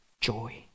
joy